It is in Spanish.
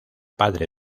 padre